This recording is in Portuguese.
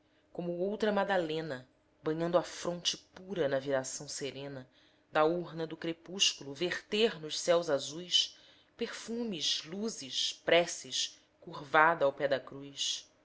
como outra madalena banhando a fronte pura na viração serena da urna do crepúsculo verter nos céus azuis perfumes luzes preces curvada aos pés da cruz